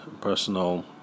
personal